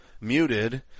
muted